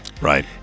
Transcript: Right